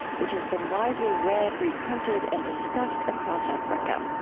which has been widely read, reprinted, and discussed across africa.